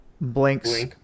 Blink's